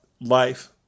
life